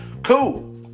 Cool